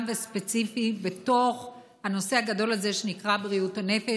וספציפי בתוך הנושא הגדול הזה שנקרא בריאות הנפש,